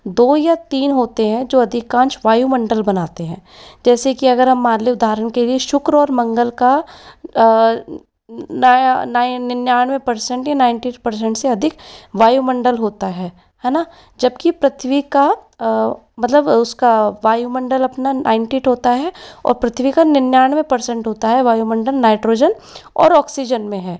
दो या तीन होते हैं जो अधिकांश वायु मण्डल बनाते हैं जैसे की अगर हम मान लें उदाहरण के लिए शुक्र और मंगल का निन्यानवे परसेंट या नाइन्टी परसेंट से अधिक वायु मण्डल होता है है न जबकि पृथ्वी का मतलब उसका वायु मण्डल अपना नाइन्टिट होता है और पृथ्वी का निन्यानवे परसेंट होता है वायु मंडल नाइट्रोजन और ऑक्सीजन में है